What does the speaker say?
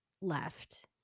left